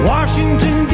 Washington